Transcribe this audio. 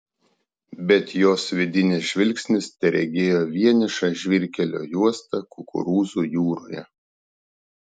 bet jos vidinis žvilgsnis teregėjo vienišą žvyrkelio juostą kukurūzų jūroje